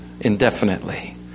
indefinitely